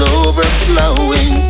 overflowing